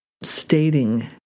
stating